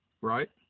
right